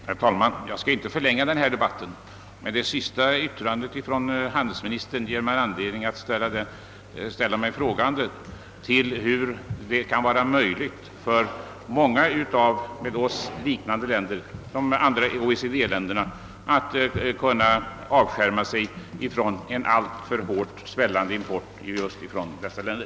Herr talman! Jag vill inte förlänga denna debatt, men handelsministerns senaste yttrande ger mig anledning att ställa frågan hur det kan vara möjligt för många länder som liknar vårt — såsom de andra OECD-länderna — att avskärma sig från en alltför hårt svällande import just från dessa länder.